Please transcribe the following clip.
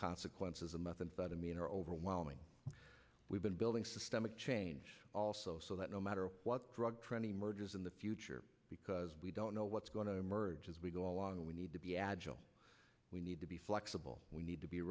consequences of methamphetamine are overwhelming we've been building systemic change also so that no matter what drug trend emerges in the future because we don't know what's going to emerge as we go along we need to be agile we need to be flexible we need to be